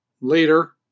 later